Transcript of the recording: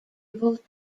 able